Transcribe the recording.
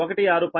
16 p